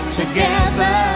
together